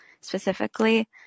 specifically